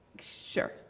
sure